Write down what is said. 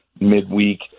midweek